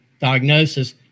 diagnosis